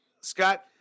scott